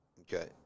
Okay